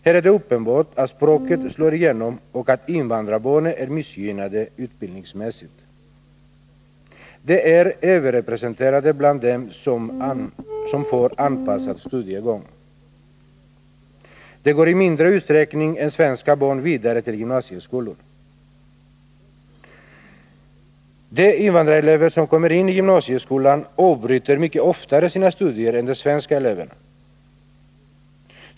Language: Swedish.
Här är det uppenbart att språket slår igenom och att invandrarbarnen är missgynnade utbildningsmässigt. De är överrepresenterade bland dem som får anpassad studiegång. De går i mindre utsträckning än svenska barn vidare till gymnasieskolor. De invandrarelever som kommer in i gymnasieskolan avbryter mycket oftare sina studier än de svenska eleverna.